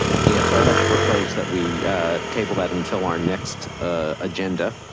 yeah so i'd like to propose that we table that until our next agenda.